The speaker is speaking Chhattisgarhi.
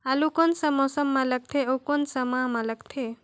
आलू कोन सा मौसम मां लगथे अउ कोन सा माह मां लगथे?